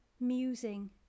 musing